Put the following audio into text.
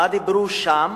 מה דיברו שם,